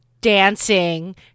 dancing